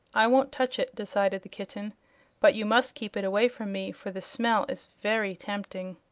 i won't touch it, decided the kitten but you must keep it away from me, for the smell is very tempting.